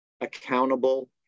accountable